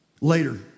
later